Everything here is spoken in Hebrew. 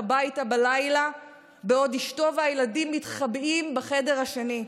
הביתה בלילה בעוד אשתו והילדים מתחבאים בחדר השני.